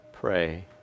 pray